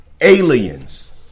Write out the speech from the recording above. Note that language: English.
aliens